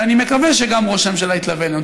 ואני מקווה שגם ראש הממשלה יתלווה אלינו.